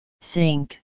Sink